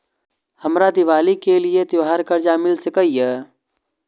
हमरा दिवाली के लिये त्योहार कर्जा मिल सकय?